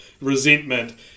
resentment